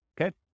Okay